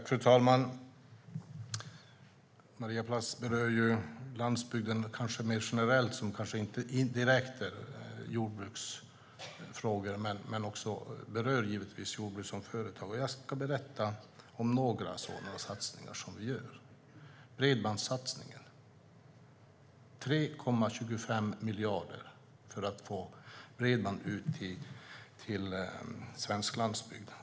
Fru talman! Maria Plass berör landsbygden i mer generella ordalag - inte direkta jordbruksfrågor utan sådant som berör jordbruk som företag. Jag ska berätta om några sådana satsningar. Där finns bredbandssatsningen. Det är fråga om 3,25 miljarder för att bygga ut bredband på den svenska landsbygden.